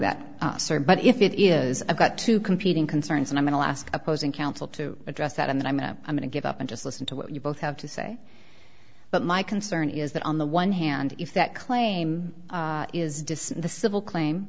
that us are but if it is i've got two competing concerns and i'm in alaska opposing counsel to address that and then i'm going to give up and just listen to what you both have to say but my concern is that on the one hand if that claim is dissin the civil claim